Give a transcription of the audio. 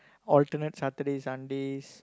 alternate Saturday Sundays